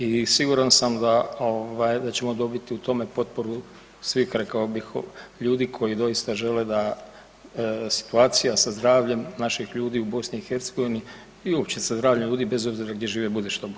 I siguran sam da ćemo dobiti u tome potporu svih rekao bih ljudi koji doista žele da situacija sa zdravljem naših ljudi u BiH i uopće sa zdravljem ljudi bez obzira gdje žive bude što bolje.